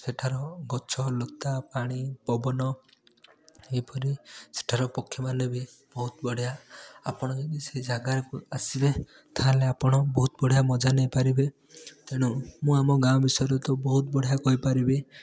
ସେଠାର ଗଛଲତା ପାଣି ପବନ ଏହିପରି ସେଠାର ପକ୍ଷୀମାନେ ବି ବହୁତ ବଢ଼ିଆ ଆପଣ ଯଦି ସେଇ ଜାଗାକୁ ଆସିବେ ତାହେଲେ ଆପଣ ବହୁତ ବଢ଼ିଆ ମଜା ନେଇ ପାରିବେ ତେଣୁ ମୁଁ ଆମ ଗାଁ ବିଷୟରେ ତ ବହୁତ ବଢ଼ିଆ କହିପାରିବି